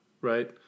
right